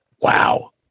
Wow